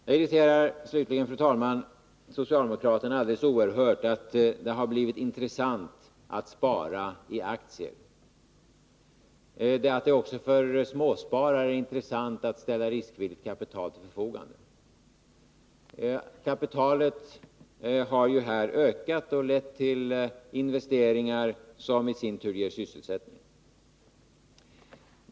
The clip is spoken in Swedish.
Det irriterar slutligen, fru talman, socialdemokraterna alldeles oerhört att det har blivit intressant att spara i aktier — att det också för småsparare är intressant att ställa riskvilligt kapital till förfogande. Kapitalet har ju ökat och lett till investeringar som i sin tur ger sysselsättning.